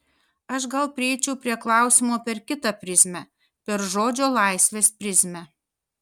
aš gal prieičiau prie klausimo per kitą prizmę per žodžio laisvės prizmę